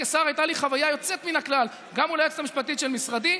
כשר הייתה לי חוויה יוצאת מן הכלל גם מול היועצת המשפטית של משרדי.